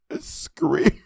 scream